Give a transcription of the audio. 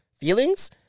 Feelings